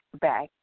back